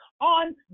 on